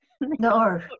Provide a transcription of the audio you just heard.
no